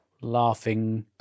laughing